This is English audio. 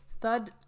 thud